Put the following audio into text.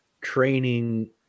training